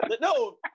No